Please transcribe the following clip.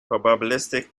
probabilistic